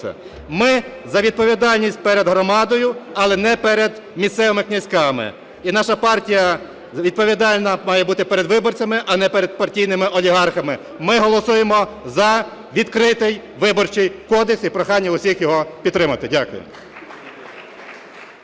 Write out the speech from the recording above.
Ми за відповідальність перед громадою, але не перед місцевими князьками. І наша партія відповідальна має бути перед виборцями, а не перед партійними олігархами. Ми голосуємо за відкритий Виборчий кодекс. І прохання до всіх його підтримати. Дякую.